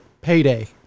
payday